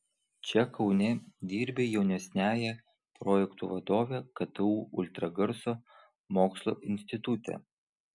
čia kaune dirbi jaunesniąja projektų vadove ktu ultragarso mokslo institute